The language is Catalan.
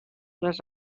les